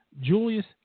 Julius